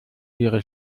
ihre